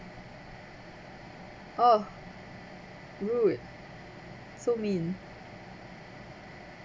oh rude so mean